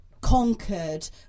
conquered